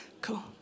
Cool